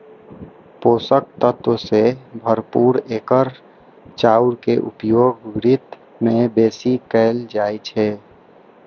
पोषक तत्व सं भरपूर एकर चाउर के उपयोग व्रत मे बेसी कैल जाइ छै